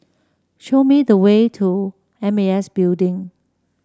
show me the way to M A S Building